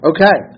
Okay